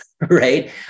right